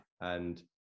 And-